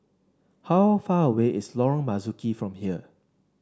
how far away is Lorong Marzuki from here